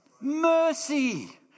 mercy